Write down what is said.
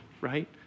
right